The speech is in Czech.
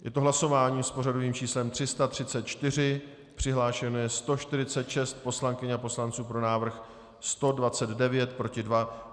Je to hlasování s pořadovým číslem 334, přihlášeno je 146 poslankyň a poslanců, pro návrh 129, proti 2.